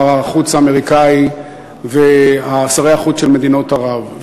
החוץ האמריקני לשרי החוץ של מדינות ערב.